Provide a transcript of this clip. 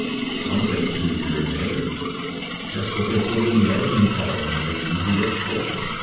something to your advantage just what they put in the agony column when they leave you a fortune.